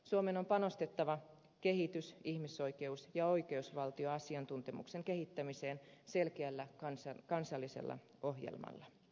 suomen on panostettava kehitys ihmisoikeus ja oikeusvaltioasiantuntemuksen kehittämiseen selkeällä kansallisella ohjelmalla